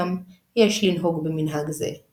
כאשר למקומות שונים היה מנהג שונה,